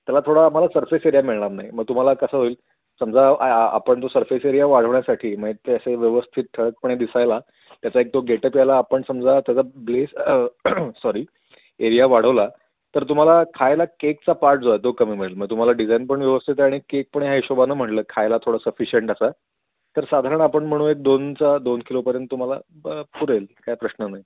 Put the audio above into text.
त्याला थोडं आम्हाला सर्फिस एरिया मिळणार नाही मग तुम्हाला कसं होईल समजा आपण तो सर्फेस एरिया वाढवण्यासाठी मग त्याचे व्यवस्थित ठळकपणे दिसायला त्याचा एक तो गेटप यायला आपण समजा त्याचा ब्लेस सॉरी एरिया वाढवला तर तुम्हाला खायला केकचा पार्ट जो आहे तो कमी होईल मग तुम्हाला डिजाईनपण व्यवस्थित आहे आणि केक पण ह्या हिशोबाानं म्हटलं खायला थोडं सफिशंट असा तर साधारण आपण म्हणू एक दोनचा दोन किलोपर्यंत तुम्हाला ब पुरेल काय प्रश्न नाही